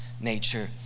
nature